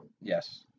Yes